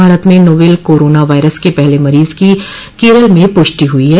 भारत में novel corona virus के पहले मरीज की केरल में पुष्टि हुई है